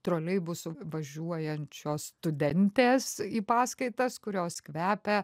troleibusu važiuojančio studentės į paskaitas kurios kvepia